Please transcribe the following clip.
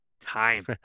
time